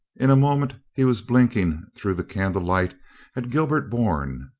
in a moment he was blink ing through the candle-light at gilbert bourne.